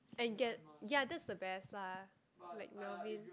and get ya that's the best lah like Melvin